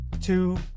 two